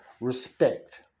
respect